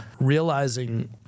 realizing